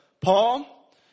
Paul